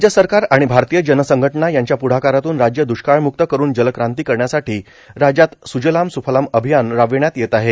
राज्य सरकार आणि भारतीय जन सघटना यांच्या पुढाकारातन राज्य दुष्काळमुक्त करुन जलक्रांती करण्यासाठी राज्यात स्जलाम स्फलाम अभियान राबवण्यात येत आहे